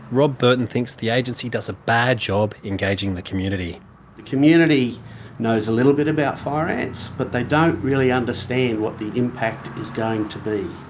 rob burton thinks the agency does a bad job engaging the community. the community knows a little bit about fire ants but they don't really understand what the impact is going to be.